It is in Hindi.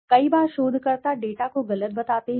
कई बार शोधकर्ता डेटा को गलत बताते हैं